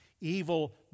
evil